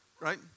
Right